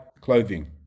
clothing